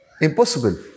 Impossible